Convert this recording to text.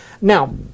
Now